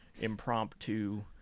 impromptu